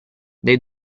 dai